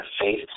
Faith